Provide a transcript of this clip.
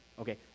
Okay